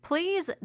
Please